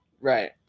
Right